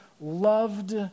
loved